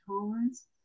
tolerance